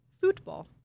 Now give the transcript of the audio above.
football